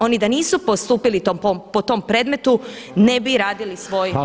Oni da nisu postupili po tom predmetu ne bi radili svoj posao.